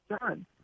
done